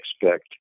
expect